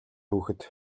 хүүхэд